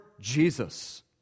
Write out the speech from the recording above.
Jesus